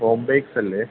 home ബേക്സല്ലേ